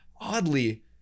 oddly